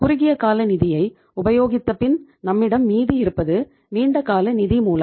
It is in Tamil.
குறுகியகால நிதியை உபயோகித்தபின் நம்மிடம் மீதி இருப்பது நீண்டகால நிதி மூலங்கள்